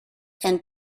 and